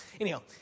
Anyhow